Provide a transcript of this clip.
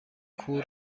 کور